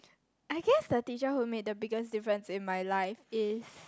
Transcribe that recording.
I guess the teacher who made the biggest difference in my life is